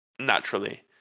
naturally